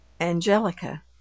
ANGELICA